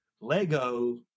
Lego